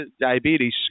diabetes